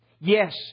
Yes